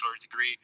degree